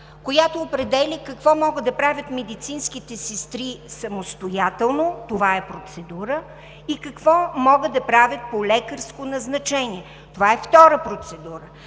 която определя какво могат да правят самостоятелно медицинските сестри – това е процедура, и какво могат да правят по лекарско назначение – това е втора процедура.